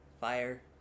fire